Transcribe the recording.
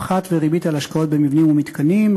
פחת וריבית על השקעות במבנים ומתקנים,